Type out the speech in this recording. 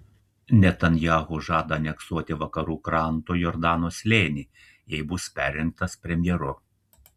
netanyahu žada aneksuoti vakarų kranto jordano slėnį jei bus perrinktas premjeru